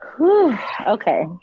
Okay